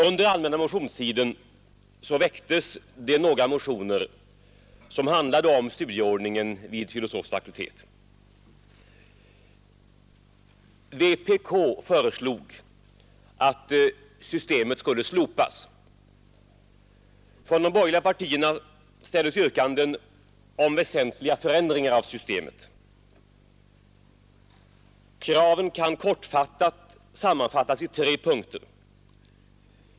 Under den allmänna motionstiden väcktes några motioner som handlade om studieordningen vid filosofisk fakultet. Vpk föreslog att systemet skulle slopas. Från de borgerliga partierna ställdes yrkanden om väsentliga förändringar i systemet. Kraven kan kort sammanfattas i tre punkter.